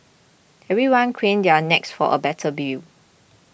everyone craned their necks for a better view